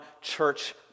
church